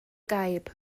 gaib